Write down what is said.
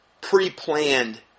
pre-planned